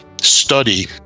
study